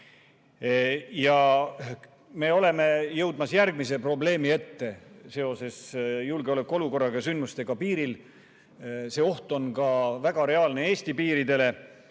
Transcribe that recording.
Me oleme jõudmas järgmise probleemi ette seoses julgeolekuolukorraga, sündmustega piiril. See oht on väga reaalne ka Eesti piiridele.